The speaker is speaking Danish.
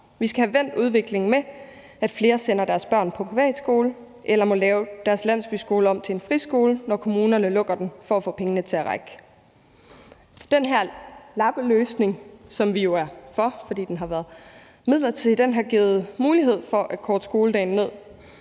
Vi skal have vendt udviklingen med, at flere sender deres børn på privatskole eller må lave deres landsbyskole om til en friskole, når kommunerne lukker den for at få pengene til at række. Den her lappeløsning, som vi jo er for, fordi den har været midlertidig, har givet mulighed for at korte skoledagen ned,